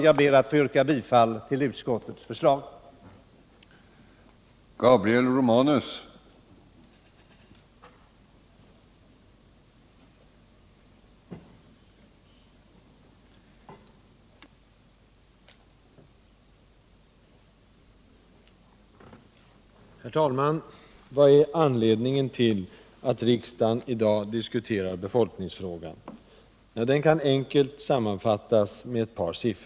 Jag ber att få yrka bifall till utskottets enhälliga förslag.